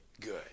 good